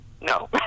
No